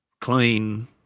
clean